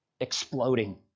exploding